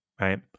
right